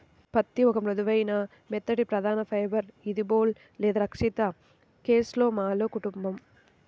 పత్తిఒక మృదువైన, మెత్తటిప్రధానఫైబర్ఇదిబోల్ లేదా రక్షిత కేస్లోమాలో కుటుంబం